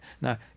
Now